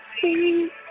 see